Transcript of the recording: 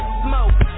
smoke